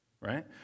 right